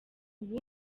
ubu